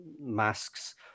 masks